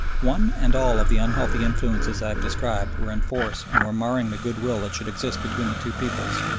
one and all of the unhealthy influences i have described were in force and were marring the goodwill that should exist between the two peoples,